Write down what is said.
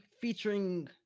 featuring